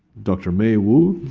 dr. may wu,